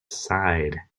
side